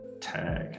tag